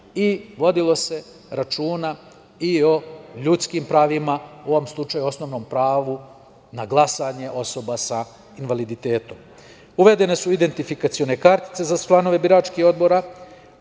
vodilo se računa i o ljudskim pravima, u ovom slučaju osnovnom pravu na glasanje osoba sa invaliditetom. Uvedene su identifikacione kartice za članove biračkih odbora,